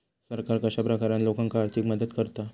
सरकार कश्या प्रकारान लोकांक आर्थिक मदत करता?